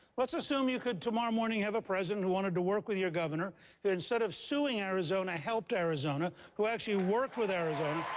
let's assume you could, tomorrow morning, have a president who wanted to work with your governor, that instead of suing arizona, helped arizona, who actually worked with arizona.